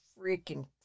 freaking